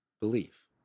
belief